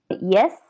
Yes